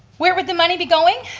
where would the money be going?